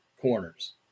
corners